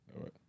right